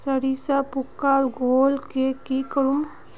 सरिसा पूका धोर ले की करूम?